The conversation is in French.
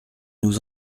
nous